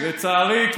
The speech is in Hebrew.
לצערי,